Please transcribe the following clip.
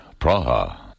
Praha